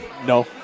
No